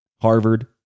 Harvard